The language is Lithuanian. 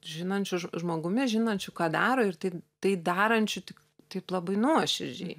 žinančiu žmo žmogumi žinančiu ką daro ir tai tai darančiu taip taip labai nuoširdžiai